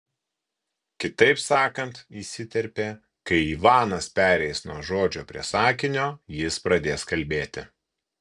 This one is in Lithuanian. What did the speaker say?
kitaip sakant įsiterpė kai ivanas pereis nuo žodžio prie sakinio jis pradės kalbėti